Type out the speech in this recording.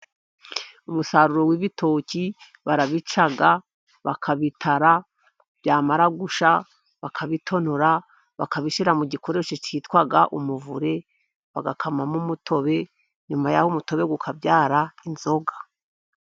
Umusaruro w'ibitoki, barabica bakabitara, byamara gushya bakabitonora bakabishyira mu gikoresho kitwa umuvure, bagakamamo umutobe, nyuma y'umutobe ukabyara inzoga.